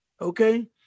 Okay